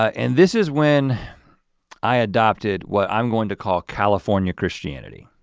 and this is when i adopted what i'm going to call california christianity